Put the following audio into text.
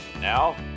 Now